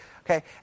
okay